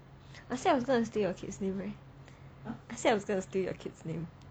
actually I said I was going to steal your kids name right I said I was going to steal your kids name